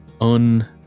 un